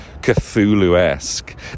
Cthulhu-esque